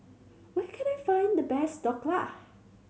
where can I find the best Dhokla